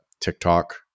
TikTok